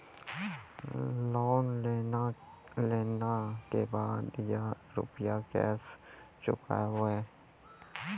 Loan लेला के बाद या रुपिया केसे चुकायाबो?